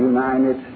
United